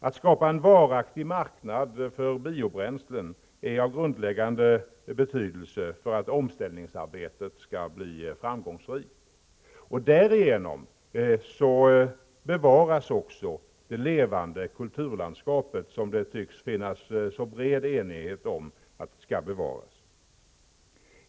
Att skapa en varaktig marknad för biobränslen är av grundläggande betydelse för att omställningsarbetet skall bli framgångsrikt. Därigenom bevaras också det levande kulturlandskapet; det tycks finnas en bred enighet om att det skall bevaras.